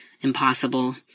impossible